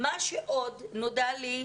מה שעוד נודע לי,